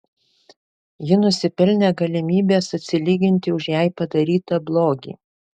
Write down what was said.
ji nusipelnė galimybės atsilyginti už jai padarytą blogį